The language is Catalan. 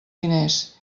diners